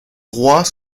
droit